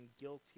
guilty